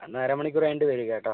എന്നാൽ അരമണിക്കൂർ കഴിഞ്ഞിട്ട് വരൂ കേട്ടോ